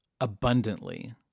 abundantly